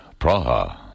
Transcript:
Praha